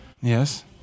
Yes